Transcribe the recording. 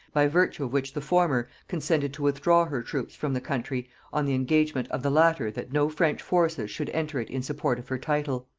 by virtue of which the former consented to withdraw her troops from the country on the engagement of the latter that no french forces should enter it in support of her title.